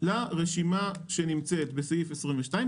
לרשימה שנמצאת בסעיף 22,